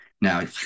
Now